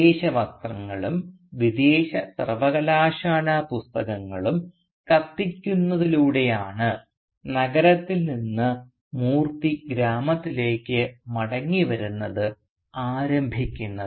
വിദേശ വസ്ത്രങ്ങളും വിദേശ സർവകലാശാലാ പുസ്തകങ്ങളും കത്തിക്കന്നതിലൂടെയാണ് നഗരത്തിൽ നിന്ന് മൂർത്തി ഗ്രാമത്തിലേക്ക് മടങ്ങിവരുന്നത് ആരംഭിക്കുന്നത്